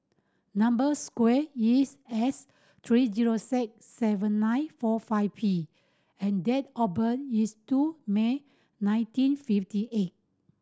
number square is S three zero six seven nine four five P and date of birth is two May nineteen fifty eight